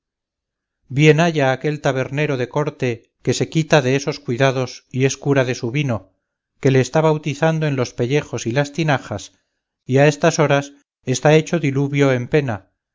bien haya aquel tabernero de corte que se quita de esos cuidados y es cura de su vino que le está bautizando en los pellejos y las tinajas y a estas horas está hecho diluvio en pena